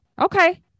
Okay